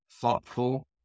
thoughtful